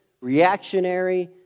reactionary